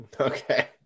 Okay